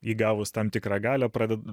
įgavus tam tikrą galią pradeda